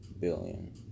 billion